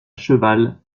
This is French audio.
cheval